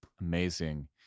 Amazing